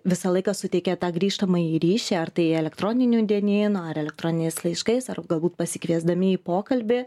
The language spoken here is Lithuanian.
visą laiką suteikia tą grįžtamąjį ryšį ar tai elektroniniu dienynu ar elektroniniais laiškais ar galbūt pasikviesdami į pokalbį